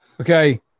Okay